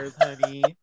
honey